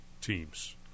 teams